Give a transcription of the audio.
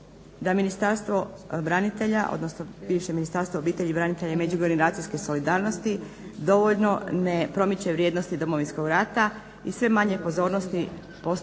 da Ministarstvo branitelja, odnosno bivše Ministarstvo obitelji, branitelja i međugeneracijske solidarnosti dovoljno ne promiče vrijednosti Domovinskog rata i sve manje pozornosti polaže